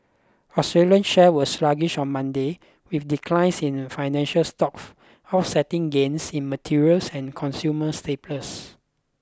Australian shares were sluggish on Monday with declines in financial stocks offsetting gains in materials and consumer staples